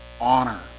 honor